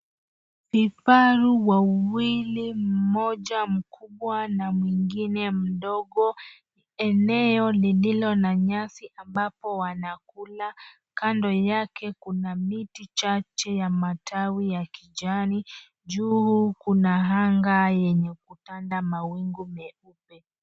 Vifaru wawili, mmoja mkubwa na mwingie mdogo. Eneo lililo na nyasi ambapo wanakula. Kando yake kuna miti chache ya matawi ya kijani. Juu kuna anga yenye kutanda mawingu meupe.